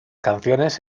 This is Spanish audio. canciones